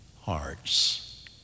hearts